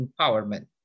empowerment